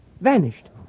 Vanished